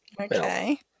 Okay